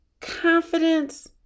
Confidence